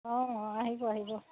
অঁ আহিব আহিব